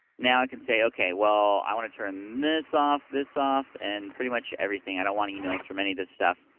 now i can say, okay, well i want turn this off, this off, and pretty much everything, i don't want emails from any of this stuff,